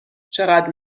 چقدر